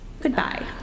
goodbye